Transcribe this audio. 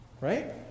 Right